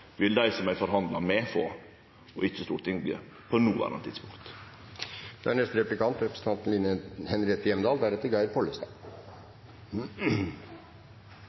vil dei som eg forhandlar med, få, og ikkje Stortinget, på noverande tidspunkt.